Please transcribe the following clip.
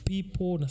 People